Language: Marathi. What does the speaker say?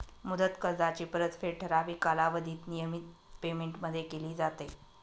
मुदत कर्जाची परतफेड ठराविक कालावधीत नियमित पेमेंटमध्ये केली जाते